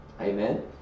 Amen